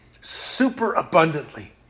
superabundantly